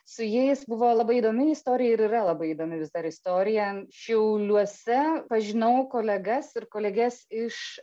su jais buvo labai įdomi istorija ir yra labai įdomi vis dar istorija šiauliuose pažinau kolegas ir koleges iš